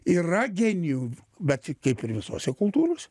yra genijų bet tik kaip ir visose kultūrose